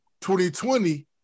2020